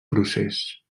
procés